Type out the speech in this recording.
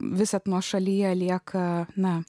visad nuošalyje lieka na